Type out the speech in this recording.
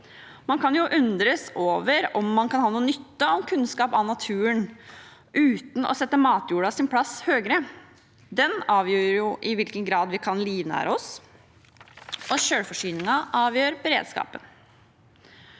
Man kan undres over om man kan ha noen nytte av kunnskap om naturen uten å sette matjordas plass høyere. Den avgjør jo i hvilken grad vi kan livnære oss, og selvforsyningen avgjør beredskapen.